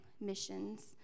missions